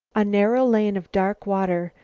a narrow lane of dark water,